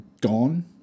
gone